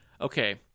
Okay